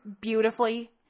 beautifully